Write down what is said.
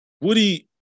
Woody